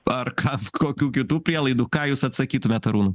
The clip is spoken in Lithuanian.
ar ką kokių kitų prielaidų ką jūs atsakytumėt arūnui